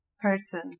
person